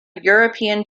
european